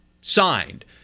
signed